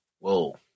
Whoa